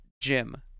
Jim